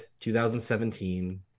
2017